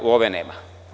Love nema.